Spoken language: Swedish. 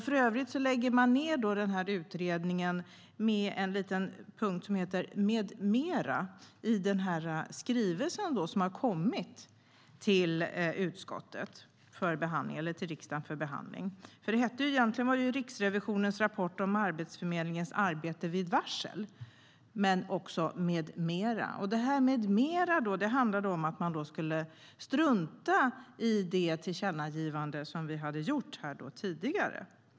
För övrigt lägger den ned utredningen med en liten punkt som heter "m.m." i skrivelsen som har kommit till riksdagen för behandling. Egentligen var Riksrevisionens rapport om Arbetsförmedlingens arbete vid varsel. Men regeringen lägger också till "m.m.". Detta "m.m." handlade om att man skulle strunta i det tillkännagivande som vi hade gjort tidigare.